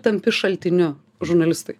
tampi šaltiniu žurnalistui